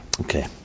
Okay